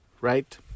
Right